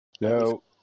No